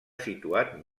situat